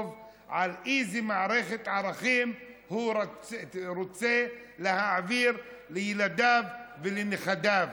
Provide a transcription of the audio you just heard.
איזו מערכת ערכים הוא רוצה להעביר לילדיו ולנכדיו.